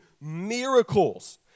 miracles